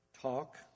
talk